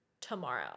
tomorrow